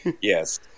Yes